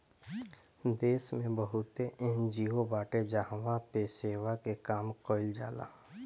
देस में बहुते एन.जी.ओ बाटे जहवा पे सेवा के काम कईल जाला